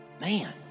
Man